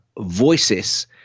Voices